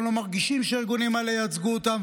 לא מרגישים שהארגונים האלה מייצגים אותם,